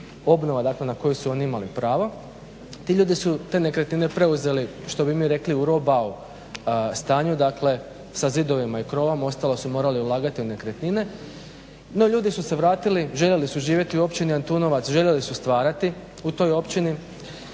obnova dakle na koju su oni imali pravo. Ti ljudi su te nekretnine preuzeli što bi mi rekli u roch bau stanju, dakle sa zidovima i krovom. Ostalo su morali ulagati u nekretnine. No, ljudi su se vratili, željeli su živjeti u općini Antunovac, željeli su stvarati u toj općini.